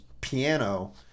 piano